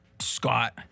Scott